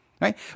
right